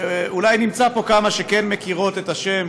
אולי נמצא פה כמה שכן מכירות את השם,